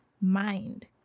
Mind